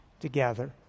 together